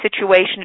situation